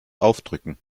aufdrücken